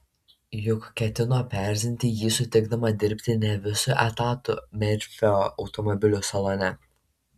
juk ketino paerzinti jį sutikdama dirbti ne visu etatu merfio automobilių salone